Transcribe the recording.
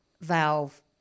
valve